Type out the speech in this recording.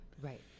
Right